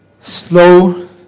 slow